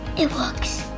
it works.